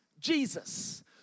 Jesus